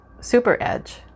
super-edge